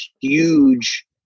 huge